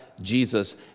Jesus